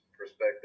perspective